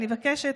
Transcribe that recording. אני מבקשת,